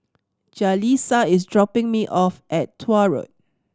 Jaleesa is dropping me off at Tuah Road